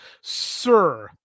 sir